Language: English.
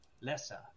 lesser